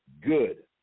good